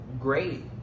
great